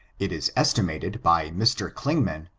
it is estimated by mr. clingman,